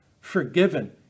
forgiven